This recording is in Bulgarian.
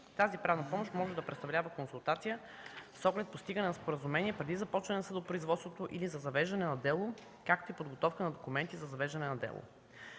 Тази правна помощ може да представлява консултация с оглед постигане на споразумение преди започване на съдопроизводството, или за завеждане на дело, както и подготовка на документи за завеждане на дело.